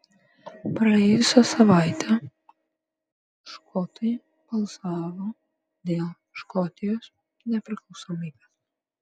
praėjusią savaitę škotai balsavo dėl škotijos nepriklausomybės